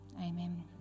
Amen